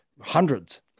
hundreds